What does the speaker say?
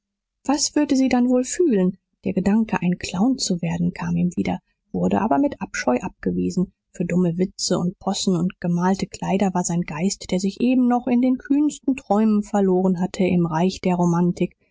was würde sie dann wohl fühlen der gedanke ein clown zu werden kam ihm wieder wurde aber mit abscheu abgewiesen für dumme witze und possen und gemalte kleider war sein geist der sich eben noch in den kühnsten träumen verloren hatte im reich der romantik